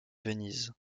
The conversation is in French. venise